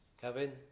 Kevin